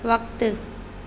वक़्तु